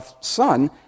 son